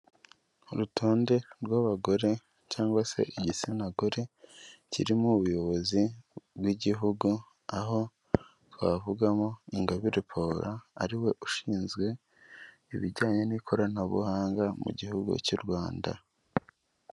Urutonde rw'abagore cyangwa se igitsina gore kirimo ubuyobozi bw'igihugu, aho twavugamo INGABIRE Paula, ariwe ushinzwe ibijyanye n'ikoranabuhanga mu gihugu cy'u Rwanda.